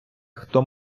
хто